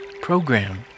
program